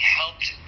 helped